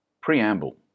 Preamble